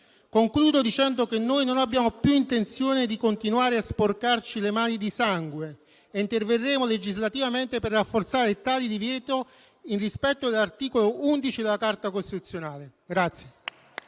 Concludo dicendo che noi non abbiamo più intenzione di continuare a sporcarci le mani di sangue e interverremo legislativamente per rafforzare tale divieto, nel rispetto dell'articolo 11 della Carta costituzionale.